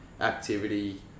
activity